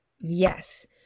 Yes